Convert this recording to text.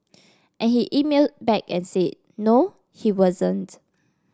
and he emailed back and said no he wasn't